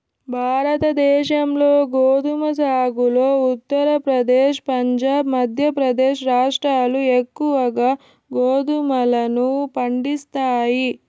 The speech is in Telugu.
భారతదేశంలో గోధుమ సాగులో ఉత్తరప్రదేశ్, పంజాబ్, మధ్యప్రదేశ్ రాష్ట్రాలు ఎక్కువగా గోధుమలను పండిస్తాయి